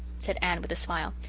said anne, with a smile.